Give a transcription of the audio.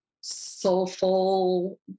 soulful